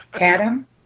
Adam